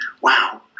Wow